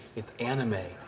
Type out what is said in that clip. it's anime.